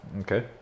Okay